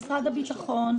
משרד הביטחון.